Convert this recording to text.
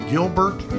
Gilbert